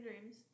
dreams